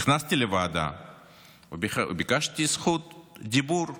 נכנסתי לוועדה וביקשתי זכות דיבור בדיון,